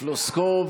פלוסקוב